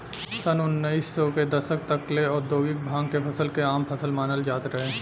सन उनऽइस सौ के दशक तक ले औधोगिक भांग के फसल के आम फसल मानल जात रहे